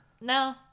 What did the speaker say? No